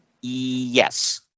Yes